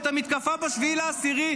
את המתקפה ב-7 באוקטובר,